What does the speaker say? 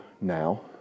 now